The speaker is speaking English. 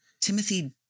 Timothy